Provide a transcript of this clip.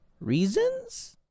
reasons